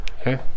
Okay